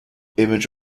image